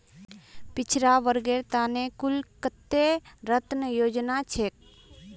पिछड़ा वर्गेर त न कुल कत्ते ऋण योजना छेक